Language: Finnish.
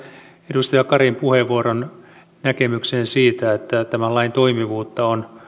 edustaja karin puheenvuoron näkemykseen siitä että tämän lain toimivuutta